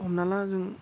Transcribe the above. हमना ला जों